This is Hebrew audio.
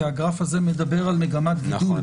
כי הגרף הזה מדבר על מגמת גידול.